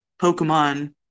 Pokemon